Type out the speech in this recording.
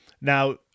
Now